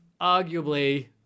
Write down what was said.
arguably